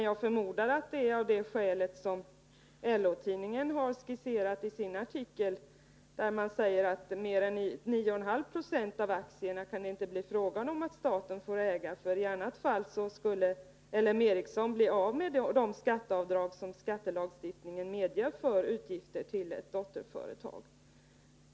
Jag förmodar att det är av det skäl som LO-tidningen har skisserat i sin artikel, där man säger att mer än 9,5 96 av aktierna kan det inte bli fråga om att staten får äga, för i annat fall skulle L M Ericsson bli av med de skatteavdrag som skattelagstiftningen medger för utgifter till ett dotterföretag.